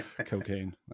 Cocaine